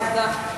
תודה.